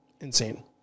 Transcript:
insane